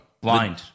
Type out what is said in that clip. blind